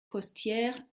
costières